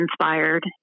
inspired